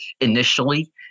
initially